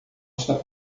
está